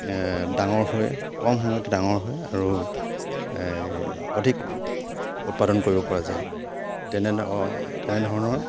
ডাঙৰ হৈ কম সময়তে ডাঙৰ হয় আৰু অধিক উৎপাদন কৰিব পৰা যায় তেনে তেনেধৰণৰ